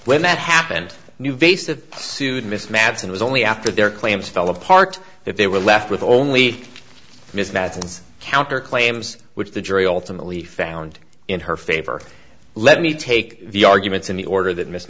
when that happened new vase of sued miss madsen was only after their claims fell apart if they were left with only mismatches counter claims which the jury ultimately found in her favor let me take the arguments in the order that miss